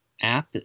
app